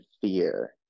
fear